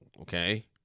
okay